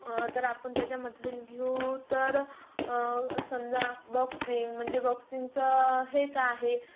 तर आपण त्याच्यामध्ये घेऊ तर समजा बॉक्सिंग म्हणजे बॉक्सिंगचं हे का आहे